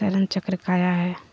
चरण चक्र काया है?